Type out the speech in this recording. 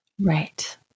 Right